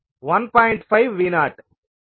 5V0 1